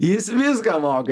jis viską moka